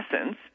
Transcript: essence